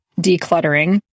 decluttering